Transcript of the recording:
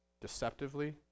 deceptively